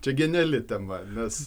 čia geniali tema nes